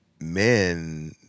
men